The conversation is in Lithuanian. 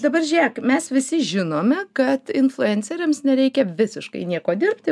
dabar žiūrėk mes visi žinome kad influenceriams nereikia visiškai nieko dirbti